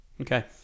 Okay